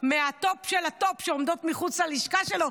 מהטופ של הטופ שעומדות מחוץ ללשכה שלו.